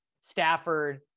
Stafford